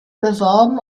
beworben